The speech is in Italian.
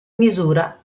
misura